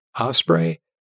osprey